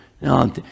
No